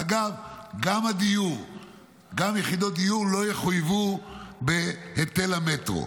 ואגב, גם יחידות דיור לא יחויבו בהיטל המטרו.